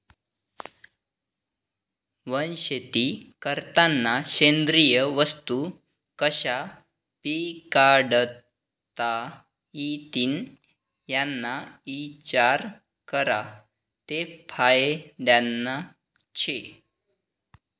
वनशेती करतांना सेंद्रिय वस्तू कशा पिकाडता इतीन याना इचार करा ते फायदानं शे